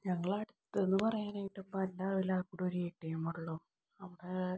ഞങ്ങളുടെ അടുത്ത് എന്ന് പറയാനിട്ടു ഇപ്പോൾ എൻ്റെ അറിവിൽ ആകെ കൂടെ ഒരു എ ടി എമ്മേ ഉള്ളൂ അവിടെ